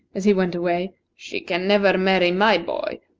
as he went away, she can never marry my boy,